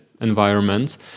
environments